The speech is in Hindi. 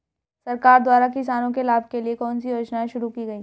सरकार द्वारा किसानों के लाभ के लिए कौन सी योजनाएँ शुरू की गईं?